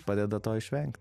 padeda to išvengt